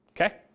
okay